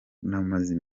n’amazi